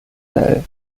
hotel